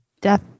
death